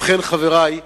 ובכן, חברי,